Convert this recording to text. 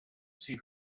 see